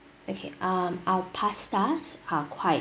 okay um our pastas are quite